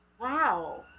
wow